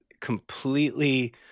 completely